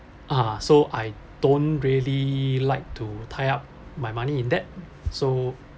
ah so I don't really like to tie up my money in that so